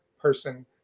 person